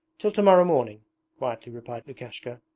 till to-morrow morning quietly replied lukashka.